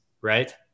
right